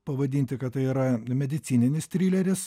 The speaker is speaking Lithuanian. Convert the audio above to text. pavadinti kad tai yra medicininis trileris